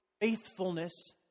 faithfulness